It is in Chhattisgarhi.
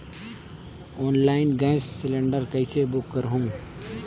ऑनलाइन गैस सिलेंडर कइसे बुक करहु?